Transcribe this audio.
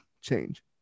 change